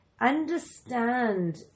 understand